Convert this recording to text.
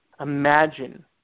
imagine